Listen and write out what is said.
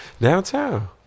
Downtown